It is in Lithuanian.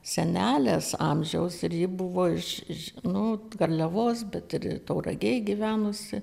senelės amžiaus ir ji buvo iš nu garliavos bet tauragėj gyvenusi